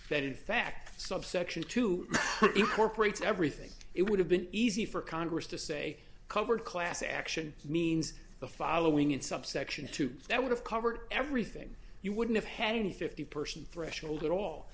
that in fact subsection to incorporate everything it would have been easy for congress to say covered class action means the following in subsection two that would have covered everything you wouldn't have had any fifty person threshold at all